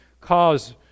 cause